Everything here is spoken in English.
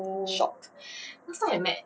shocked